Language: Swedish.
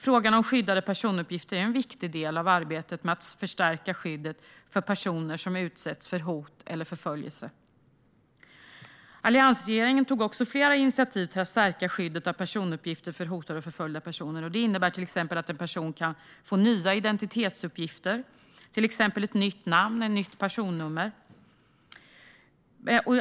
Frågan om skyddade personuppgifter är en viktig del av arbetet med att förstärka skyddet för personer som utsätts för hot eller förföljelse. Alliansregeringen tog också flera initiativ till att stärka skyddet av personuppgifter för hotade och förföljda personer. Detta innebär till exempel att en person kan få nya identitetsuppgifter, som nytt namn och nytt personnummer.